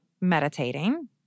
meditating